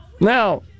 Now